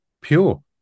pure